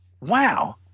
wow